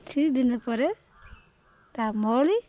କିଛି ଦିନ ପରେ ତାହା ମଉଳି